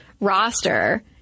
roster –